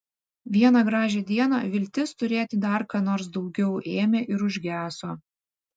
vieną gražią dieną viltis turėti dar ką nors daugiau ėmė ir užgeso